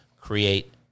create